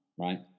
Right